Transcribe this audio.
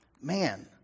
man